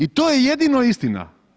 I to je jedino istina.